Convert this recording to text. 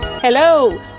Hello